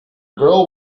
girl